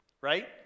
right